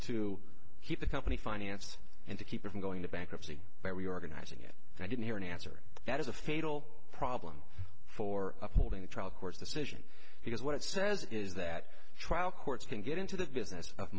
to keep the company finance and to keep it from going to bankruptcy where we're organizing it and i didn't hear an answer that is a fatal problem for upholding the trial court's decision because what it says is that trial courts can get into the business of